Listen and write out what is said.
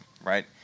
right